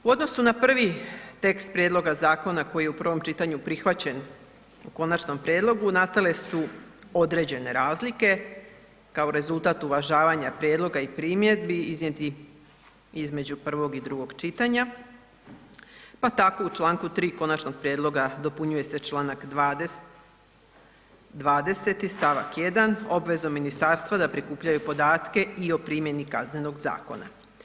U odnosu na prvi tekst prijedloga zakona koji je u prvom čitanju prihvaćen, u konačnom prijedlogu nastale su određene razlike kao rezultat uvažavanja prijedloga i primjedbi iznijetih između prvog i drugog čitanja, pa tako u čl. 3. konačnog prijedloga dopunjuje se čl. 20. st. 1. obvezom ministarstva da prikupljaju podatke i o primjeni Kaznenog zakona.